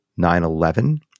9-11